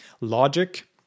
Logic